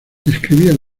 describía